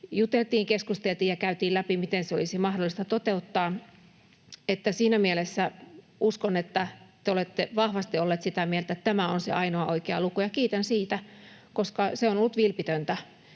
juteltiin, keskusteltiin ja käytiin läpi, miten se olisi mahdollista toteuttaa. Siinä mielessä uskon, että te olette vahvasti ollut sitä mieltä, että tämä on se ainoa oikea luku, ja kiitän siitä, koska se on ollut vilpitöntä.